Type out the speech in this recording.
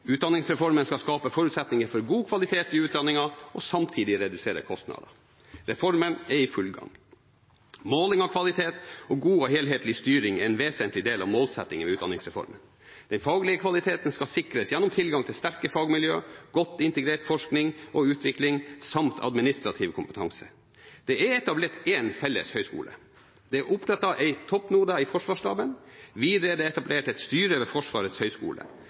Utdanningsreformen skal skape forutsetninger for god kvalitet i utdanningen og samtidig redusere kostnader. Reformen er i full gang. Måling av kvalitet og god og helhetlig styring er en vesentlig del av målsettingen med utdanningsreformen. Den faglige kvaliteten skal sikres gjennom tilgang til sterke fagmiljøer, godt integrert forskning og utvikling samt administrativ kompetanse. Det er etablert én felles høyskole. Det er opprettet en toppnode i Forsvarsstaben. Videre er det etablert et styre ved Forsvarets høyskole.